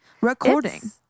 Recording